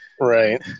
Right